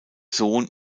sohn